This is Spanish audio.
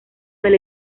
del